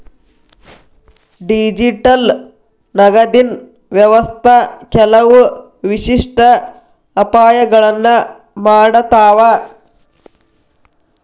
digital ನಗದಿನ್ ವ್ಯವಸ್ಥಾ ಕೆಲವು ವಿಶಿಷ್ಟ ಅಪಾಯಗಳನ್ನ ಮಾಡತಾವ